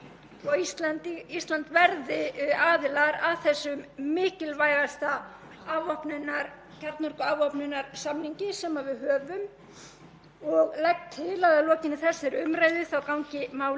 Ég legg til að að lokinni þessari umræðu gangi málið til utanríkismálanefndar og að við fáum það svo hingað inn síðar til samþykktar.